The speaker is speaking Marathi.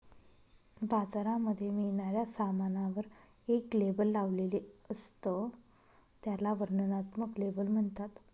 बाजारामध्ये मिळणाऱ्या सामानावर एक लेबल लावलेले असत, त्याला वर्णनात्मक लेबल म्हणतात